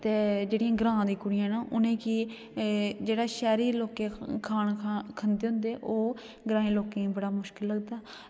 जेह्ड़ियां ग्राएं दियां कुड़ियां न उनेंगी जेह्ड़ा शैह्री लोकें खाना खंदे होंदे ओह् ग्रांईं लोकें गी बड़ा मुश्कल लगदा